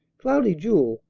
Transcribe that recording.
cloudy jewel,